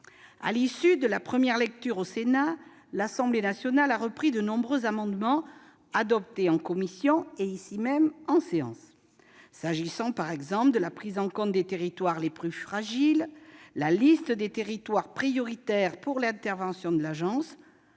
À l'issue de la première lecture au Sénat, l'Assemblée nationale avait repris de nombreux amendements adoptés en commission et en séance. S'agissant, par exemple, de la prise en compte des territoires les plus fragiles, la liste des territoires prioritaires pour l'intervention de l'agence,